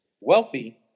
wealthy